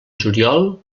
juliol